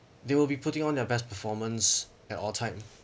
they will be putting on their best performance at all time